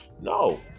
No